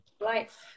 life